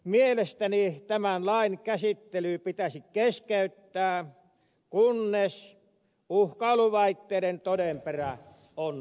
mielestäni tämän lain käsittely pitäisi keskeyttää kunnes uhkailuväitteiden todenperä on selvitetty